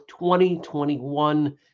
2021